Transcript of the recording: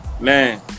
Man